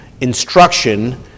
instruction